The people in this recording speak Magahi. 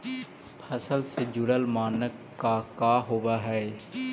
फसल से जुड़ल मानक का का होव हइ?